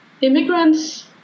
immigrants